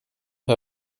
her